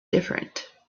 different